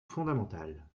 fondamentale